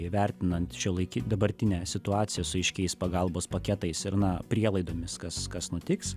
įvertinant šiuolaikinį dabartinę situaciją su aiškiais pagalbos paketais ir na prielaidomis kas kas nutiks